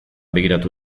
begiratu